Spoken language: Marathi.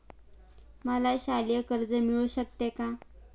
मला शालेय कर्ज मिळू शकते का?